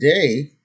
today